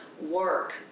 work